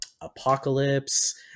apocalypse